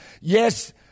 Yes